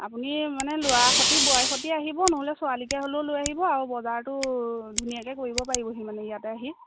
আপুনি মানে ল'ৰা সৈতে বোৱাৰি সৈতে আহিব নহ'লে ছোৱালীকে হ'লেও লৈ আহিব আৰু বজাৰটো ধুনীয়াকে কৰিব পাৰিবহি মানে ইয়াতে আহি